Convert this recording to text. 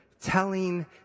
telling